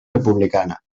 republicana